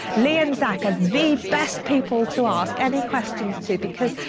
lee and zach are the best people to ask any questions too because,